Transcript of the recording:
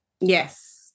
yes